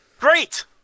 Great